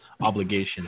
obligation